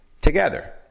together